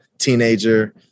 teenager